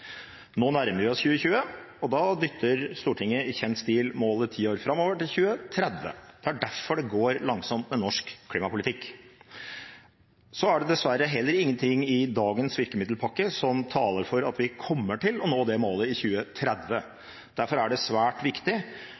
Nå nærmer vi oss 2020, og da dytter Stortinget i kjent stil målet ti år framover, til 2030. Det er derfor det går langsomt med norsk klimapolitikk. Det er dessverre heller ingenting i dagens virkemiddelpakke som taler for at vi kommer til å nå det målet i 2030. Derfor er det svært viktig